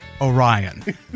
Orion